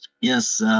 Yes